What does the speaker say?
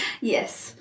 Yes